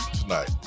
tonight